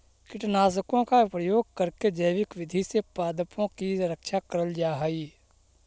कीटनाशकों का प्रयोग करके जैविक विधि से पादपों की रक्षा करल जा हई